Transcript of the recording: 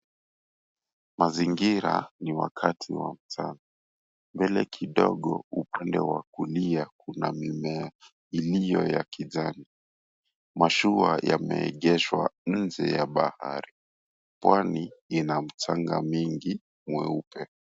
Mazingira ni wakati wa mchana, mbele kidogo upande wakulia kuna mimea iliyoyakijani. Mashua yameegeshwa nje ya bahari. Pwani inamchanga mingi mweupe.